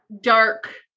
dark